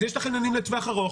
אז יש את החניונים לטווח ארוך,